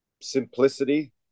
simplicity